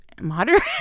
moderate